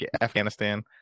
Afghanistan